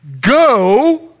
Go